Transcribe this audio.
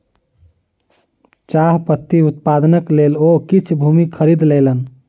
चाह पत्ती उत्पादनक लेल ओ किछ भूमि खरीद लेलैन